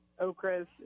okras